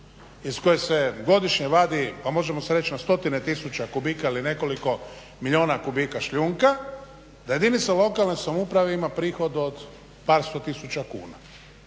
iz koje se godišnje vadi, ma može se reći stotine tisuće kubika ili nekoliko milijuna kubika šljunka, da jedinica lokalne samouprave ima prihod od par sto tisuća kuna.